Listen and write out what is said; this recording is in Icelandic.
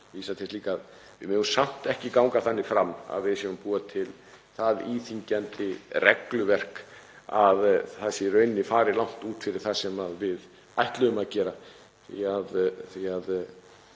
þess líka, að við megum samt ekki ganga þannig fram að við búum til svo íþyngjandi regluverk að það sé í rauninni farið langt út fyrir það sem við ætluðum að gera.